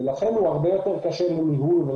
ולכן הוא הרבה יותר קשה לשליטה.